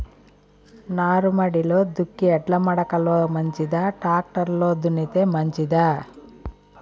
నారుమడిలో దుక్కి ఎడ్ల మడక లో మంచిదా, టాక్టర్ లో దున్నితే మంచిదా?